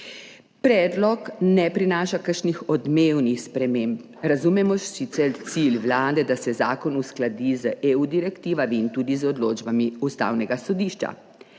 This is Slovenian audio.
Predlog ne prinaša kakšnih odmevnih sprememb. Razumemo sicer cilj Vlade, da se zakon uskladi z direktivami EU in tudi z odločbami Ustavnega sodišča,